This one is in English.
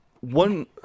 one